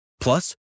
Plus